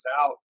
out